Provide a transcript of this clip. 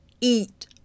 eat